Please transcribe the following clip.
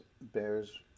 bears